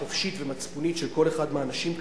חופשית ומצפונית של כל אחד מהאנשים כאן,